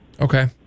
Okay